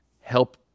help